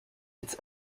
its